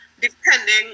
depending